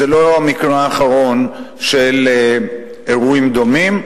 זה לא המקרה האחרון של אירועים דומים,